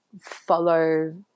follow